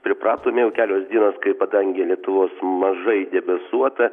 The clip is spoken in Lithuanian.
pripratome jau kelios dienos kai padangė lietuvos mažai debesuota